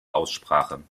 aussprache